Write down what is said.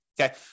Okay